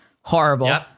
Horrible